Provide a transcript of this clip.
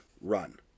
run